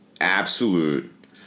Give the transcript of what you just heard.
absolute